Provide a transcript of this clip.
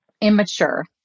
immature